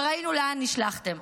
וראינו לאן נשלחתם.